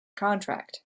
contract